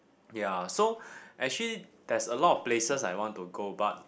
ya so actually there's a lot of places I want to go but